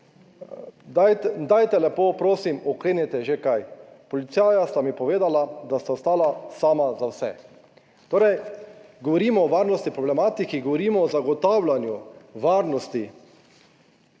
Dajte, lepo prosim, oklenete že kaj. Policaja sta mi povedala, da sta ostala sama za vse. Torej, govorimo o varnostni problematiki, govorimo o zagotavljanju varnosti.